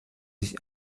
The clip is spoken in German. sich